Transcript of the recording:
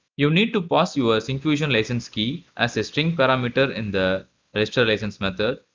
you need to pass your syncfusion license key as a string parameter in the registerlicense method.